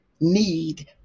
need